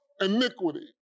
iniquity